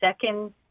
second